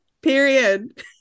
Period